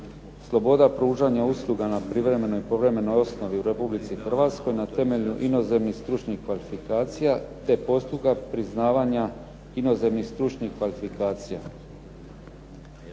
sloboda pružanja usluga na privremenoj, povremenoj osnovi u Republici Hrvatskoj na temelju inozemnih stručnih kvalifikacija, te postupak priznavanja inozemnih stručnih kvalifikacija.